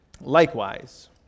Likewise